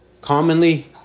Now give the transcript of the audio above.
commonly